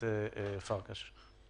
כדי לנסות לסייע לרשויות דרך חוק הניקיון.